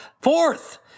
Fourth